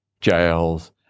jails